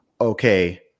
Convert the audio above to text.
okay